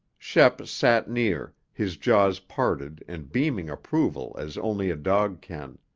shep sat near, his jaws parted and beaming approval as only a dog can.